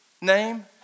name